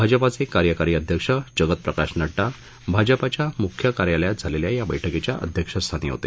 भाजपाचे कार्यकारी अध्यक्ष जगत प्रकाश नड्डा भाजपाच्या मुख्य कार्यालयात झालेल्या या बैठकीच्या अध्यक्षस्थानी होते